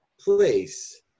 place